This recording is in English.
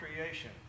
creation